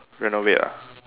renovate ah